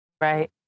Right